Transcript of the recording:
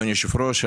אדוני היושב-ראש,